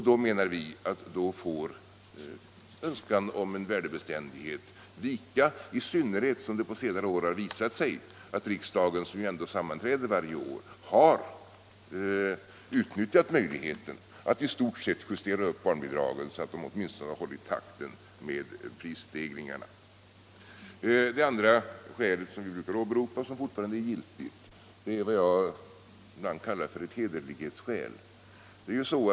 Då menar vi att önskan om värdebeständighet får vika, i synnerhet som det på senare år visat sig att riksdagen, som ändå sammanträder varje år, har utnyttjat möjligheten att i stort sett justera upp bidragen så att de åtminstone håller takten med prisstegringarna. Det andra skälet som brukar åberopas och som fortfarande är giltigt är vad jag kallar hederlighetsskälet.